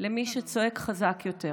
למי שצועק חזק יותר,